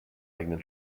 eigenen